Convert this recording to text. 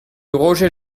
roger